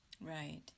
Right